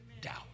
Doubt